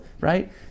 right